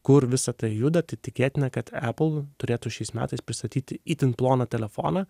kur visa tai juda tai tikėtina kad apple turėtų šiais metais pristatyti itin ploną telefoną